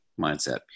mindset